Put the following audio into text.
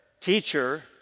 Teacher